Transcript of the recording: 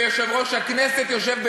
ויושב-ראש הכנסת יושב,